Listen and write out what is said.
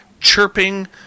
chirping